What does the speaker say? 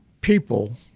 people